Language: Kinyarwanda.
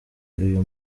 uyu